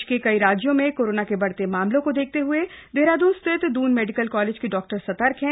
देश के कई राज्यों में कोरोना के बढ़ते मामलों को देखते हुए देहरादून स्थित दून मेडिकल कॉलेज के डॉक्टर सतर्क हैं